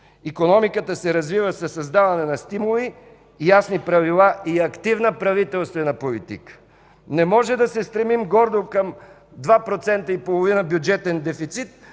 Икономиката се развива със създаване на стимули, ясни правила и активна правителствена политика. Не може да се стремим гордо към 2,5% бюджетен дефицит,